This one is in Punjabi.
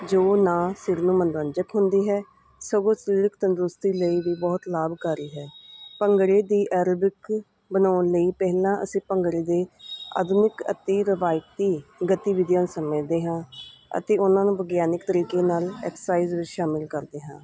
ਜੋ ਨਾ ਸਿਰ ਨੂੰ ਮਨੋਰੰਜਕ ਹੁੰਦੀ ਹੈ ਸਗੋਂ ਸਰੀਰਕ ਤੰਦਰੁਸਤੀ ਲਈ ਵੀ ਬਹੁਤ ਲਾਭਕਾਰੀ ਹੈ ਭੰਗੜੇ ਦੀ ਐਰੋਬਿਕ ਬਣਾਉਣ ਲਈ ਪਹਿਲਾਂ ਅਸੀਂ ਭੰਗੜੇ ਦੇ ਆਧੁਨਿਕ ਅਤੇ ਰਵਾਇਤੀ ਗਤੀਵਿਧੀਆਂ ਸਮਝਦੇ ਹਾਂ ਅਤੇ ਉਨ੍ਹਾਂ ਨੂੰ ਵਿਗਿਆਨਿਕ ਤਰੀਕੇ ਨਾਲ ਐਕਸਾਈਜ਼ ਵਿੱਚ ਸ਼ਾਮਿਲ ਕਰਦੇ ਹਾਂ